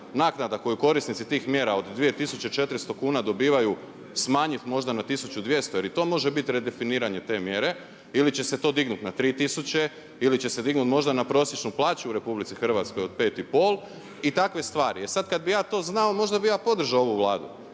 naknada koju korisnici tih mjera od 2400 kuna koje dobivaju smanjiti možda na 1200 jer i to može biti redefiniranje te mjere ili će se to dignuti na 3000 ili će se dignuti možda na prosječnu plaću u RH od 5,500 i takve stvari. E sada kada bih ja to znao možda bih ja podržao ovu Vladu